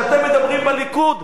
כשאתם מדברים בליכוד,